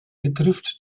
betrifft